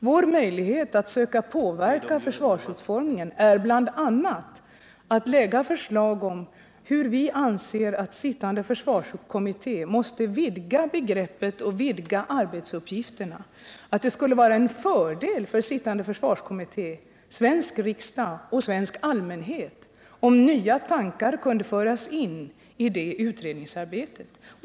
Vår möjlighet att söka påverka försvarets utformning är bl.a. att framlägga förslag om hur vi anser att den sittande försvarskommittén måste vidga begreppen och arbetsuppgifterna. Det skulle vara en fördel för den sittande försvarskommittén, svensk riksdag och svensk allmänhet, om nya tankar kunde föras in i det utredningsarbetet.